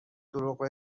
دروغ